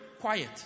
quiet